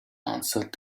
answered